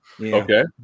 okay